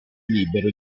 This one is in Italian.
libero